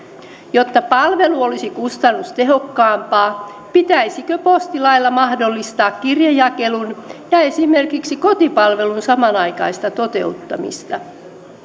jotta palvelu olisi kustannustehokkaampaa pitäisikö postilailla mahdollistaa kirjejakelun ja esimerkiksi kotipalvelun samanaikaista toteuttamista